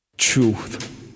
truth